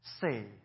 say